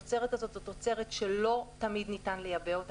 התוצרת הזאת היא תוצרת שלא תמיד ניתן לייבא אותה,